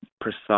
precise